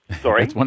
Sorry